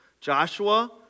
Joshua